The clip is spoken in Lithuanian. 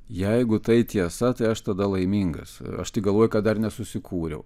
jeigu tai tiesa tai aš tada laimingas aš tai galvoju kad dar nesusikūriau